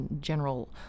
general